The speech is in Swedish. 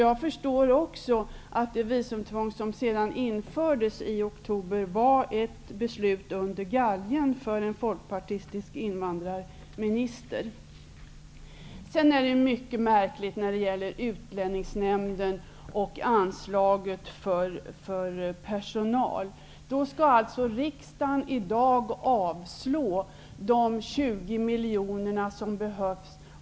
Jag föstår också att det visumtvång som sedan infördes i oktober var ett beslut under galgen för en folkpartistisk invandrarminister. Utlänningsnämnden är mycket märklig. Riksdagen skall alltså i dag avslå förslaget om de 20 miljoner som behövs.